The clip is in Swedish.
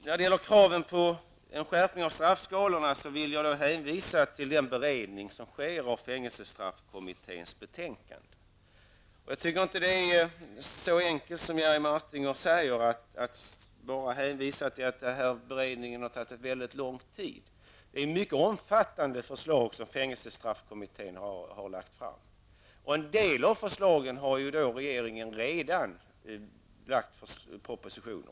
Vad beträffar kravet på en skärpning av straffskalorna hänvisar jag till den beredning som sker av fängelsestraffkommitténs betänkande. Det är inte så enkelt som Jerry Martinger gör det till när han hänvisar till att beredningen har tagit mycket lång tid. Fängelsestraffkommittén har lagt fram mycket omfattande förslag. En del av dessa förslag har regeringen redan behandlat i en framlagd proposition.